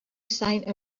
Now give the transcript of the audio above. sign